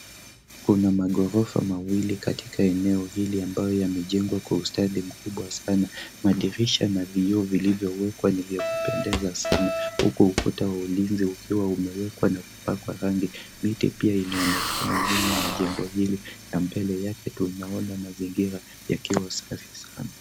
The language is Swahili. Kuna maghorofa mawili katika eneo hili ambayo yamejengwa kwa ustadi mkubwa sana. Madirisha na vioo vilivyowekwa ni vya kupendeza sana huku ukuta wa ulinzi ukiwa umewekwa na kupakwa rangi. Miti pia inaonekana nyuma ya jengo hili na mbele yake tunaona mazingira yakiwa safi sana.